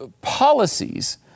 policies